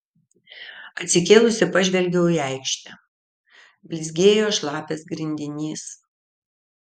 atsikėlusi pažvelgiau į aikštę blizgėjo šlapias grindinys